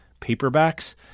paperbacks